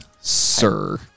sir